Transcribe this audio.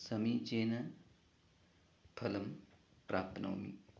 समीचीन फलं प्राप्नोमि